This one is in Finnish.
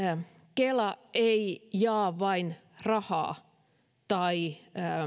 kela ei jaa vain rahaa tai